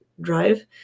drive